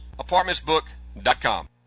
apartmentsbook.com